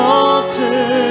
altar